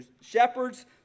shepherds